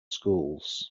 schools